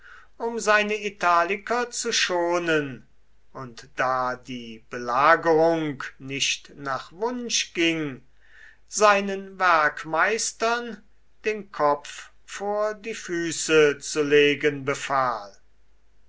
um seine italiker zu schonen und da die belagerung nicht nach wunsch ging seinen werkmeistern den kopf vor die füße zu legen befahl